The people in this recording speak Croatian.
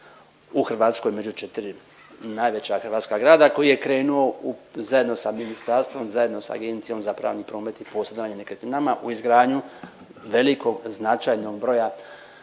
u Hrvatskoj, među 4 najveća hrvatska grada koji je krenuo u, zajedno sa ministarstvom, zajedno sa Agencijom za pravni promet i posredovanje nekretninama u izgradnju velikog značajnog broja